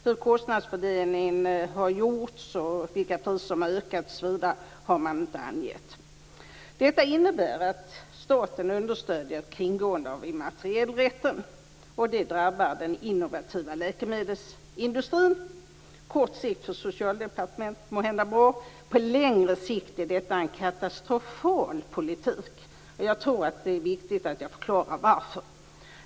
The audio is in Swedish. Hur kostnadsfördelningen har gjorts, vilka priser som har ökat osv. har man inte angivit. Detta innebär att staten understöder ett kringgående av immaterielrätten, och det drabbar den innovativa läkemedelsindustrin. På kort sikt är det måhända bra för Socialdepartementet, men på längre sikt är det en katastrofal politik. Jag tror att det är viktigt att jag förklarar varför.